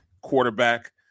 quarterback